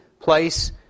place